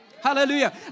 Hallelujah